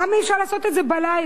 למה אי-אפשר לעשות את זה בלילה?